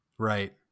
Right